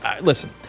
Listen